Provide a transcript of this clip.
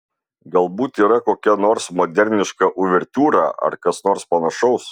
galbūt yra kokia nors moderniška uvertiūra ar kas nors panašaus